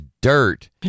dirt